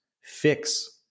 fix